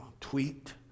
tweet